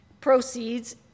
proceeds